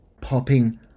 popping